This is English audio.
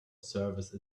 service